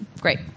great